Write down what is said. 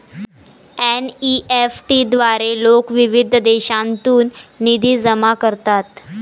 NEFT द्वारे लोक विविध देशांतून निधी जमा करतात